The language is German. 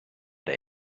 der